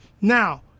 Now